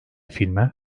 filme